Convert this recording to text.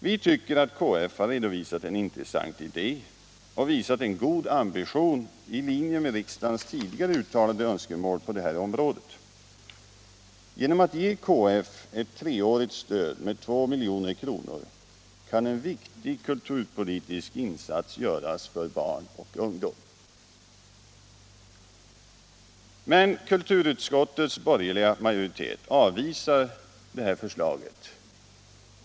Vi tycker att KF har redovisat en intressant idé och visat en god ambition i linje med riksdagens tidigare uttalade önskemål på detta område. Genom att ge KF ett treårigt stöd med 2 milj.kr. kan en viktig kulturpolitisk insats göras för barn och ungdom. Men kulturutskottets borgerliga majoritet avvisar det här förslaget.